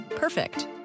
Perfect